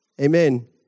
Amen